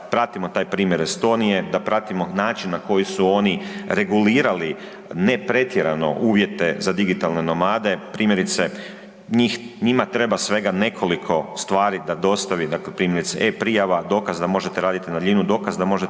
da pratimo taj primjer Estonije, da pratimo način na koji su oni regulirani ne pretjerano uvjete za digitalne nomade, primjerice njima treba svega nekoliko stvari da dostavi, dakle primjerice e-prijava, dokaz da možete raditi na daljinu, dokaz da možete